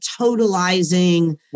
totalizing